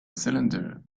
cylinder